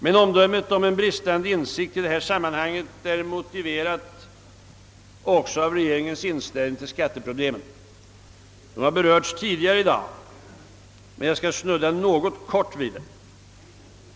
Men omdömet om en bristande insikt i detta sammanhang är också motiverat av regeringens inställning till skatteproblemen. De har berörts tidigare i dag, men jag vill snudda något vid dem.